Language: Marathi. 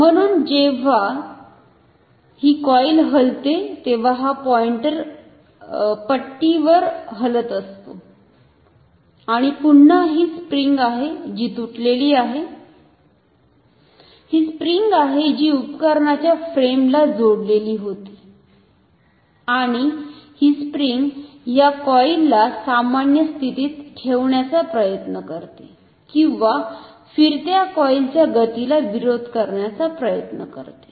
म्हणून जेव्हा ही कॉईल हलते तेव्हा हा पॉईंटर पट्टी वर हलत असतो आणि पुन्हा ही स्प्रिंग आहे जी तुटलेली आहे ही स्प्रिंग आहे जी उपकरणाच्या फ्रेम ला जोडलेली होती आणि ही स्प्रिंग या कॉईल ला सामान्य स्थितीत ठेवण्याचा प्रयत्न करते किंवा फिरत्या कॉईल च्या गतीला विरोध करण्याचा प्रयत्न करते